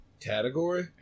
Category